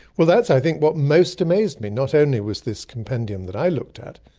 well that's i think what most amazed me. not only was this compendium that i looked at,